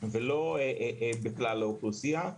ולא בכלל האוכלוסייה,